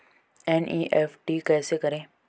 NEFT कैसे करें?